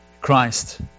Christ